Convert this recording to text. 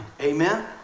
Amen